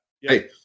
Hey